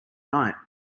night